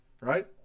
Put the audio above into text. Right